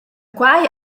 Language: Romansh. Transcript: quai